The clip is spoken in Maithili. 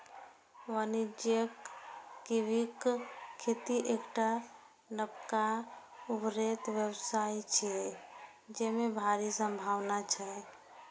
वाणिज्यिक कीवीक खेती एकटा नबका उभरैत व्यवसाय छियै, जेमे भारी संभावना छै